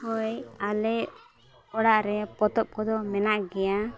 ᱦᱳᱭ ᱟᱞᱮ ᱚᱲᱟᱜ ᱨᱮ ᱯᱚᱛᱚᱵ ᱠᱚᱫᱚ ᱢᱮᱱᱟᱜ ᱜᱮᱭᱟ